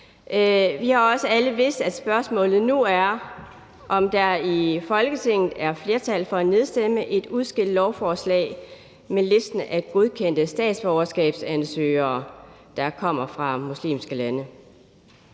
Vi har også alle vidst, at spørgsmålet nu er, om der i Folketinget er flertal for at nedstemme et udskældt lovforslag med listen over godkendte statsborgerskabsansøgere, der kommer fra muslimske lande.